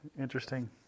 interesting